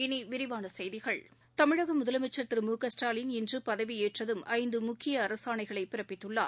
இனி விரிவான செய்திகள் தமிழக முதலமைச்சர் திரு மு க ஸ்டாலின் இன்று பதவி ஏற்றதும் ஐந்து முக்கிய அரசாணைகளை பிறப்பித்துள்ளார்